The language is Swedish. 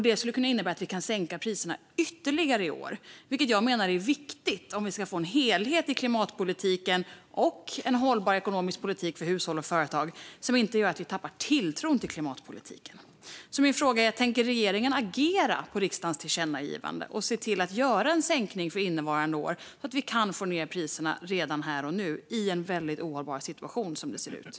Det skulle kunna innebära ytterligare sänkta priser i år, vilket jag menar är viktigt om vi ska få en helhet i klimatpolitiken och en hållbar ekonomisk politik för hushåll och företag som inte gör att människor tappar tilltron till klimatpolitiken. Min fråga är därför: Tänker regeringen agera på riksdagens tillkännagivande och se till att genomföra en sänkning för innevarande år, så att vi kan få ned priserna redan här och nu? Situationen är ohållbar.